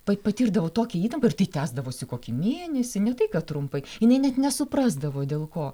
pa patirdavo tokią įtampą ir tai tęsdavosi kokį mėnesį ne tai kad trumpai jinai net nesuprasdavo dėl ko